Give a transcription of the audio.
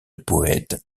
poète